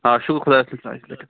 آ شکر خۄدایس کُن ساسہِ لٹہِ